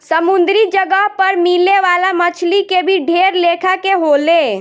समुंद्री जगह पर मिले वाला मछली के भी ढेर लेखा के होले